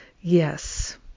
Yes